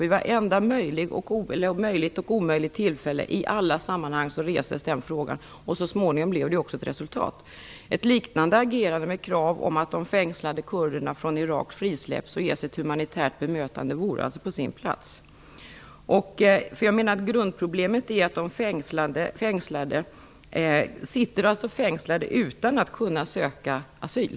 Vid vartenda möjligt och omöjligt tillfälle i alla sammanhang restes den frågan. Så småningom gav det också resultat. Det vore alltså på sin plats med ett liknande agerande med krav på att de fängslade kurderna från Irak släpps fria och ges ett humanitärt bemötande. Grundproblemet är att de sitter fängslade utan att kunna söka asyl.